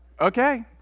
okay